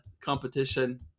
competition